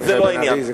משפט אחד,